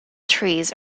trees